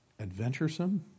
adventuresome